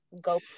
go